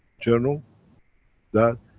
journal that,